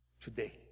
today